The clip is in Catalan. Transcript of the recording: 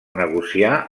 negociar